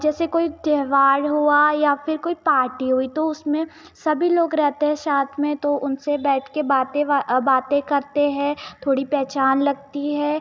जैसे कोई त्योहार हुआ या फिर कोई पाटी हुई तो उसमें सभी लोग रहते हैं साथ में तो उनसे बैठ कर बातें बातें करते हैं थोड़ी पहचान लगती है